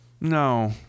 no